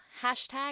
Hashtag